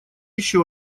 еще